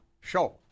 Show